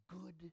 good